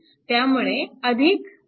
त्यामुळे VThevenin